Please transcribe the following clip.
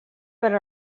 per